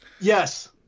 yes